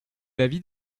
l’avis